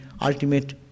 ultimate